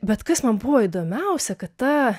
bet kas man buvo įdomiausia kad ta